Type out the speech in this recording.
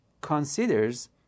considers